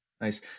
Nice